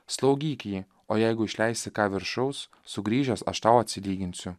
slaugyk jį o jeigu išleisi ką viršaus sugrįžęs aš tau atsilyginsiu